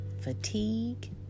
fatigue